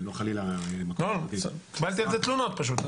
לא חלילה --- קיבלתי על זה תלונות פשוט,